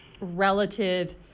relative